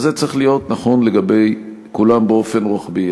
אז זה צריך להיות נכון לגבי כולם באופן רוחבי.